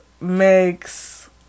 makes